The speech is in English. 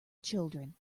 children